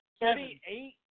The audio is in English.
Thirty-eight